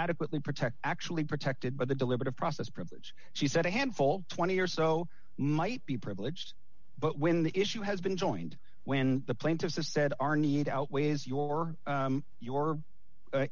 adequately protect actually protected by the deliberative process privilege she said a handful twenty or so might be privileged but when the issue has been joined when the plaintiffs have said our need outweighs your your